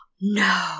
No